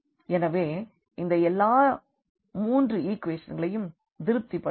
எனவே இது அந்த எல்லா 3 ஈக்குவேஷன்களையும் திருப்திபடுத்தும்